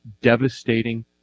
devastating